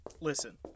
Listen